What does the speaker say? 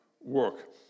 work